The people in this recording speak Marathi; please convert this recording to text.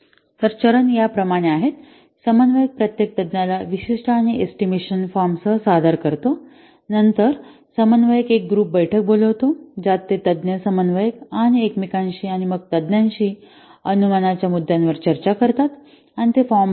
तर चरण या प्रमाणे आहेतः समन्वयक प्रत्येक तज्ञाला विशिष्ट आणि एस्टिमेशन फॉर्मसह सादर करतो नंतर समन्वयक एक ग्रुप बैठक बोलावतो ज्यात ते तज्ञ समन्वयक आणि एकमेकांशी आणि मग तज्ञांशी अनुमानांच्या मुद्द्यांवर चर्चा करतात आणि ते फॉर्म भरतात